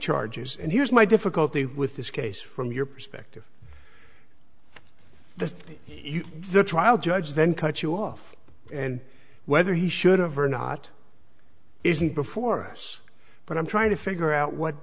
charges and here's my difficulty with this case from your perspective the the trial judge then cut you off and whether he should have or not isn't before us but i'm trying to figure out what